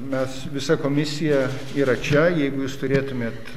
mes visa komisija yra čia jeigu jūs turėtumėt